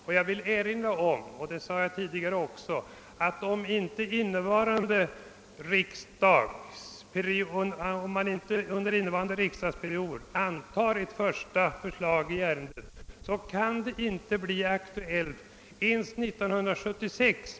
Om vi inte antar ett första förslag i ärendet under innevarande riksdagsperiod, kan, såsom jag sade tidigare, en sänkt rösträttsålder i praktiken inte tillämpas ens 1976.